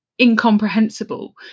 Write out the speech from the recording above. incomprehensible